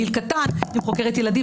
גיל קטן עם חוקרת ילדים,